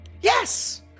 Yes